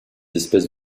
espèces